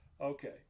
Okay